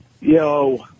Yo